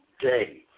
day